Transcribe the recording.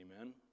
Amen